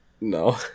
No